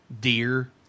Deer